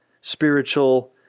spiritual